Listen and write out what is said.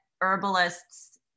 herbalists